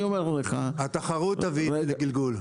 התחרות תביא לגלגול.